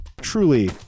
truly